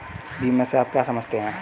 बीमा से आप क्या समझते हैं?